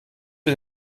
mit